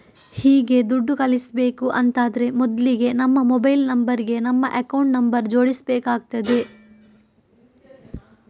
ಹೀಗೆ ದುಡ್ಡು ಕಳಿಸ್ಬೇಕು ಅಂತಾದ್ರೆ ಮೊದ್ಲಿಗೆ ನಮ್ಮ ಮೊಬೈಲ್ ನಂಬರ್ ಗೆ ನಮ್ಮ ಅಕೌಂಟ್ ನಂಬರ್ ಜೋಡಿಸ್ಬೇಕಾಗ್ತದೆ